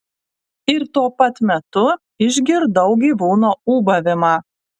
ir tuo pat metu išgirdau gyvūno ūbavimą